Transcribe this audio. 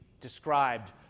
described